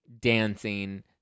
dancing